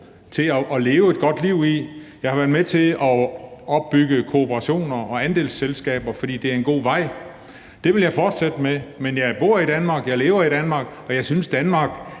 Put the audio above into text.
til at leve et godt liv. Jeg har været med til at opbygge kooperationer og andelsselskaber, fordi det er en god vej. Det vil jeg fortsætte med, men jeg bor i Danmark, jeg lever i Danmark, og jeg synes, at Danmark